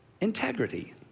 integrity